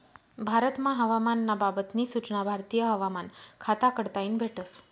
भारतमा हवामान ना बाबत नी सूचना भारतीय हवामान खाता कडताईन भेटस